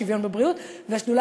השדולה לשוויון בבריאות והשדולה